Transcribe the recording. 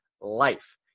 life